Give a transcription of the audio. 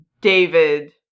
David